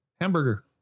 hamburger